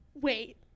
Wait